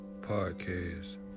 podcasts